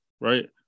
right